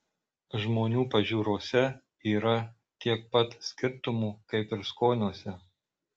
žmonių pažiūrose yra tiek pat skirtumų kaip ir skoniuose